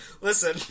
Listen